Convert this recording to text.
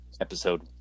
episode